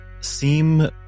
seem